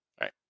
Right